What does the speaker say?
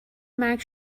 مرگ